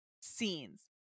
scenes